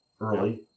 early